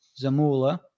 Zamula